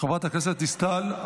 חברת הכנסת מרב מיכאלי,